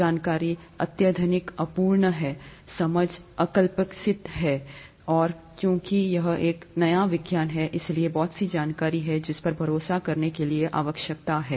जानकारी अत्यधिक अपूर्ण है समझ अल्पविकसित है और चूंकि यह एक नया विज्ञान है इसलिए बहुत सी जानकारी है जिस पर भरोसा करने की आवश्यकता है